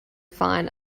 fine